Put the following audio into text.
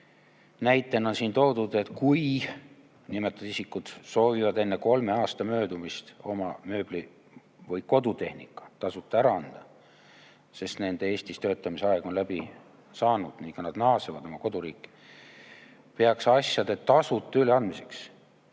näitena on siin toodud, et kui nimetatud isikud soovivad enne kolme aasta möödumist oma mööbli või kodutehnika tasuta ära anda, sest nende Eestis töötamise aeg on läbi saanud ning nad naasevad oma koduriiki, peaks asjade tasuta üleandmiseks